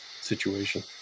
situation